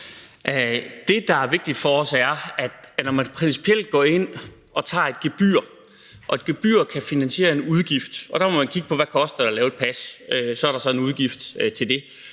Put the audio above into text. Det, der er vigtigt for os, er, at når man principielt går ind og tager et gebyr og det gebyr kan finansiere en udgift – og der må man kigge på, hvad det koster at lave et pas, og så er der en udgift til det